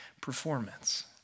performance